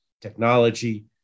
technology